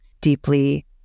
deeply